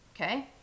Okay